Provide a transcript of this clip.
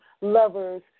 lovers